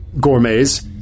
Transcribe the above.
gourmets